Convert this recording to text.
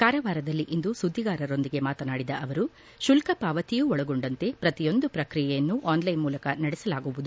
ಕಾರವಾರದಲ್ಲಿ ಇಂದು ಸುದ್ದಿಗಾರರೊಂದಿಗೆ ಮಾತನಾಡಿದ ಅವರು ಶುಲ್ಕ ಪಾವತಿಯೂ ಒಳಗೊಂಡಂತೆ ಪ್ರತಿಯೊಂದು ಪ್ರಕ್ರಿಯೆಯನ್ನು ಆನ್ಲೈನ್ ಮೂಲಕ ನಡೆಸಲಾಗುವುದು